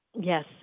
Yes